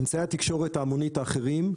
אמצעי התקשורת ההמונית האחרים,